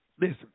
listen